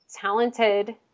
talented